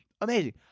Amazing